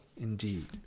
indeed